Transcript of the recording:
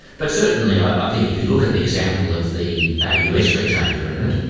but certainly i think if you look at the example of the ah us free trade agreement,